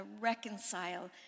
reconcile